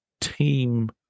team